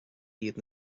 iad